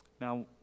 Now